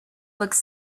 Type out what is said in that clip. looked